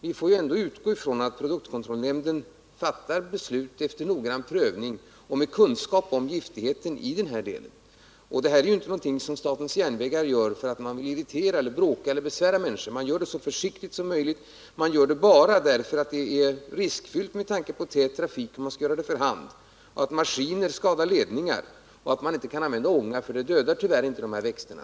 Vi får ändå utgå ifrån att produktkontrollnämnden fattar beslut efter noggrann prövning och med kunskap om giftet. Det här är inte någonting som SJ gör för att man vill irritera, bråka eller besvära människor. Man gör det så försiktigt som möjligt, och det sker bara därför att det är riskfyllt med tanke på den täta trafiken att göra det för hand. Maskiner skadar ledningar. Man kan inte använda ånga eftersom denna tyvärr inte dödar dessa växter.